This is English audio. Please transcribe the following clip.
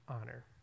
honor